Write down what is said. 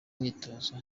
imyitozo